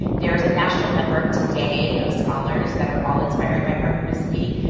there is a national network today of scholars that are all inspired by hart and risley,